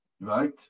Right